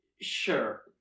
Sure